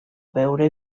beure